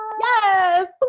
Yes